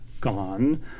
gone